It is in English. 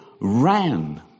ran